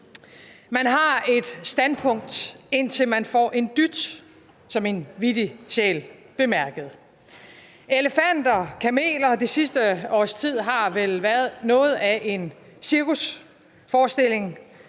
Man har et standpunkt, indtil man får en dyt, som en vittig sjæl bemærkede. Elefanter, kameler – det sidste års tid har vel været noget af en cirkusforestilling.